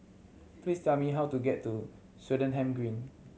please tell me how to get to Swettenham Green